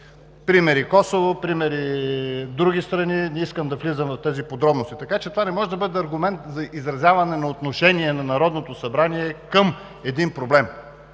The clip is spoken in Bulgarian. Пример е Косово, пример са и други страни, не искам да навлизам в тези подробности. Така че това не може да бъде аргумент за изразяване на отношение на Народното събрание към един проблем